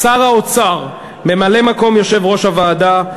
שר האוצר, ממלא-מקום יושב-ראש הוועדה.